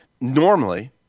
Normally